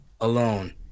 alone